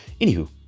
anywho